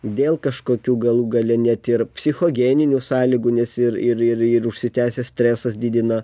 dėl kažkokių galų gale net ir psichogeninių sąlygų nes ir ir ir ir užsitęsęs stresas didina